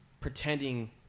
pretending